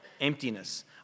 emptiness